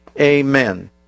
Amen